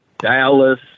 Dallas